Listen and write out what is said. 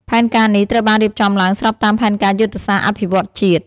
ផែនការនេះត្រូវបានរៀបចំឡើងស្របតាមផែនការយុទ្ធសាស្ត្រអភិវឌ្ឍន៍ជាតិ។